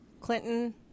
clinton